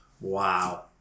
Wow